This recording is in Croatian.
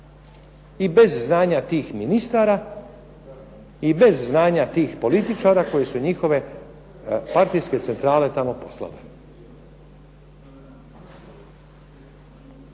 i bez znanja tih ministara i bez znanja tih političara koji su njihove partijske centrale tamo poslale.